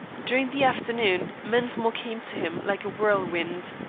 during the afternoon mensmore came to him like a whirlwind.